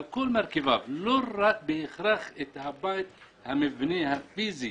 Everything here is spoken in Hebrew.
על כל מרכיביו, לא רק בהכרח המבנה הפיזי,